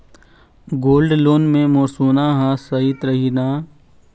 Gold loan मे मोर सोना हा सइत रही न?